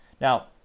now